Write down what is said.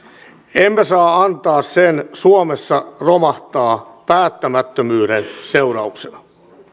emme saa antaa sen suomessa romahtaa päättämättömyyden seurauksena